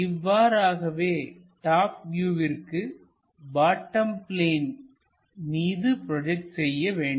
இவ்வாறாகவே டாப் வியூற்கு bottom plane மீது ப்ரோஜெக்ட் செய்ய வேண்டும்